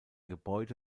gebäude